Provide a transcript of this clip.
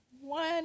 One